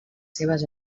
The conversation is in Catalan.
seves